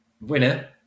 Winner